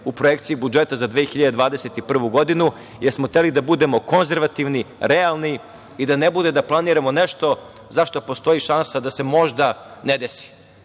u projekciji budžeta za 2021. godinu, jer smo hteli da budemo konzervativni, realni i da ne bude da planiramo nešto za šta postoji šansa da se možda ne desi.